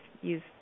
use